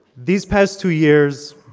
these past two years,